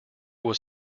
was